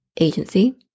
agency